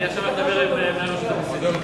אני אדבר עכשיו עם מנהל רשות המסים.